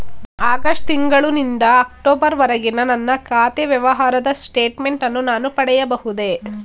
August ತಿಂಗಳು ನಿಂದ October ವರೆಗಿನ ನನ್ನ ಖಾತೆ ವ್ಯವಹಾರದ ಸ್ಟೇಟ್ಮೆಂಟನ್ನು ನಾನು ಪಡೆಯಬಹುದೇ?